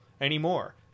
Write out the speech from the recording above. anymore